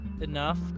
enough